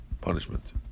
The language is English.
punishment